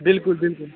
बिल्कुल बिल्कुल